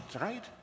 right